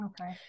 Okay